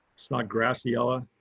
snodgrassella,